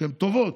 שהן טובות,